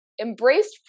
embraced